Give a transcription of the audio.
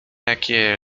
jakie